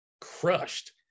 crushed